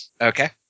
Okay